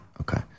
Okay